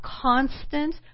constant